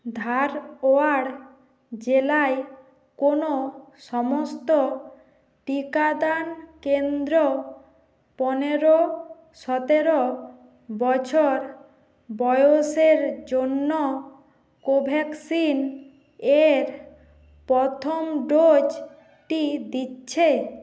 ধারওয়াড় জেলায় কোনো সমস্ত টিকাদান কেন্দ্র পনেরো সতেরো বছর বয়সের জন্য কোভ্যাক্সিন এর প্রথম ডোজটি দিচ্ছে